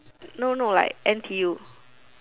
no no like n_t_u